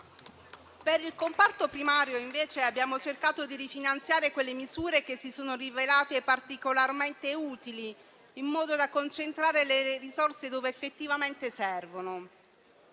Per il comparto primario, invece, abbiamo cercato di rifinanziare quelle misure che si sono rivelate particolarmente utili, in modo da concentrare le risorse dove effettivamente servono.